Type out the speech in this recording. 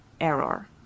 Error